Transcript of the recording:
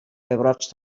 pebrots